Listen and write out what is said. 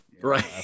Right